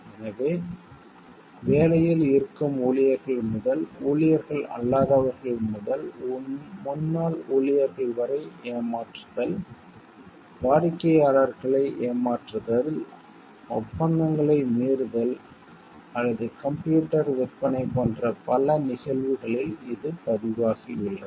எனவே வேலையில் இருக்கும் ஊழியர்கள் முதல் ஊழியர்கள் அல்லாதவர்கள் முதல் முன்னாள் ஊழியர்கள் வரை ஏமாற்றுதல் வாடிக்கையாளர்களை ஏமாற்றுதல் ஒப்பந்தங்களை மீறுதல் அல்லது கம்ப்யூட்டர் விற்பனை போன்ற பல நிகழ்வுகளில் இது பதிவாகியுள்ளது